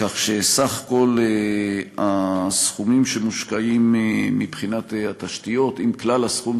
כך שסך כל הסכומים שמושקעים מבחינת התשתיות אם כלל הסכום